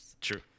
true